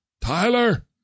Tyler